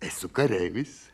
esu kareivis